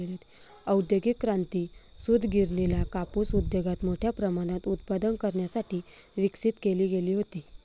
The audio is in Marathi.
औद्योगिक क्रांती, सूतगिरणीला कापूस उद्योगात मोठ्या प्रमाणात उत्पादन करण्यासाठी विकसित केली गेली होती